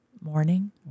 Morning